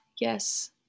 yes